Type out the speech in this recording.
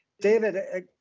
David